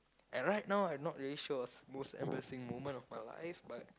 at right now I'm not really sure what's most embarrassing moment of my life but